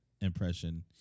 impression